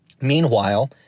meanwhile